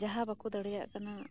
ᱡᱟᱸᱦᱟ ᱵᱟᱠᱚ ᱫᱟᱲᱮᱭᱟᱜ ᱠᱟᱱᱟ